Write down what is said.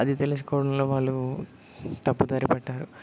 అది తెలుసుకోవడంలో వాళ్ళు తప్పుదారి పట్టారు